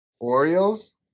Orioles